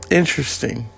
interesting